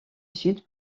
sud